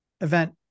event